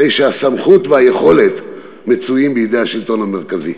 הרי שהסמכות והיכולת מצויות בידי השלטון המרכזי.